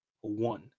one